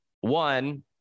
One